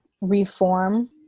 reform